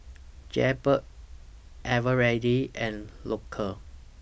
Jaybird Eveready and Loacker